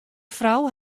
frou